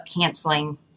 canceling